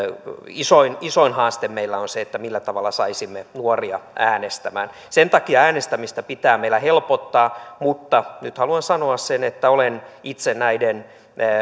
isoin isoin haaste meillä on se millä tavalla saisimme nuoria äänestämään sen takia äänestämistä pitää meillä helpottaa mutta nyt haluan sanoa sen että olen itse näiden